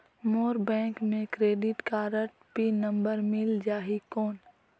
मोर bank मे credit card pin number मिल जाहि कौन?